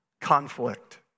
conflict